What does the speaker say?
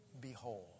Behold